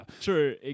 True